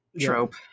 trope